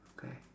okay